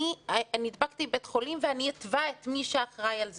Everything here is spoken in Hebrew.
אני נדבקתי בבית החולים ואני אתבע את מי שאחראי על זה.